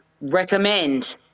recommend